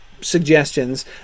suggestions